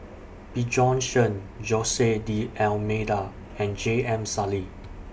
Bjorn Shen Jose D'almeida and J M Sali